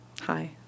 Hi